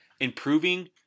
improving